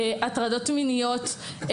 הטרדות מיניות,